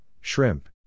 shrimp